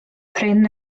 prin